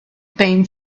been